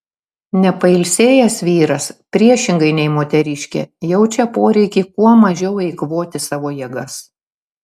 nepailsėjęs vyras priešingai nei moteriškė jaučia poreikį kuo mažiau eikvoti savo jėgas